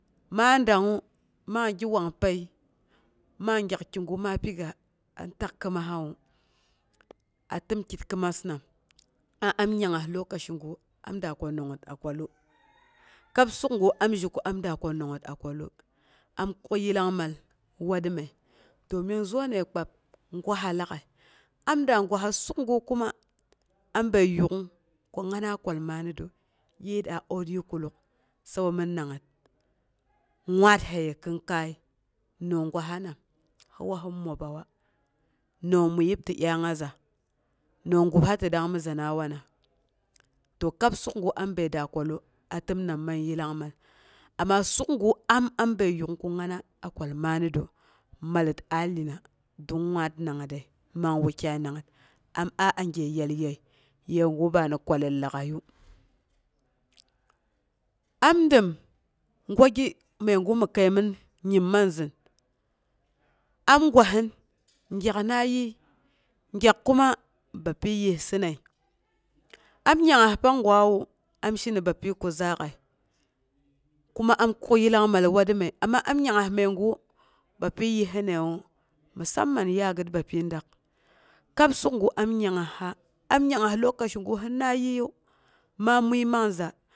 Ma dangngu, man gi wangpəi man gyak kigu ma piga an tak kɨimasha wu, a təm ki kɨmas nam a ani yangngas lokaci gu am da kwa nangngət a kwalu, kab sukgu am zhe ko am da kwa nangngə akwalu, am kuk yillang mal watrume domin zoonəi kpab gwaha lag'ai, am daa gwaha suk gu kuma, am bəi yuk'ung ko ngana kwal mannətru, yiiyət a oot yikuluk sabomi nang-ngət waarsaye kinkai nooh gwahanam, siwa sin mobawa, ni nooh muyib ti dyangnga za, ni nooh gubsa ti dangmizana wana to kab suk gu am bəi da-kwallu a təm nan man yillang mal, aama suk gu am, am bəi yuking ko ngana kwal mannətru mallet a lyna don, waat nangngətre man wukyanangngət am a agye yalyəi, yegu bam kwallet lag'aiyu am dɓm gwa gi məi guna nu kəimin nyim man zɨnu, am gwasin gyakna yii, gyak kuma bapyi yissɨnəi, am yangngas pangwawu am she ni bapyi ko zaak'əi kuma an kuk yillangmal watrume ama an yangngas məiga. Bapyi yissenəi musamman yaagə bapyi dak, am yangngesa, am yangngas lokaci gu sɨnna yiiyu ma mui man za